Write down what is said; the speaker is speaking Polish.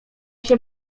się